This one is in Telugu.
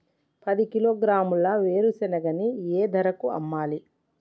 పది కిలోగ్రాముల వేరుశనగని ఏ ధరకు అమ్మాలి?